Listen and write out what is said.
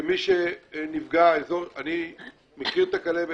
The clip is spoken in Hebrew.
כמי שמכיר את הכלבת.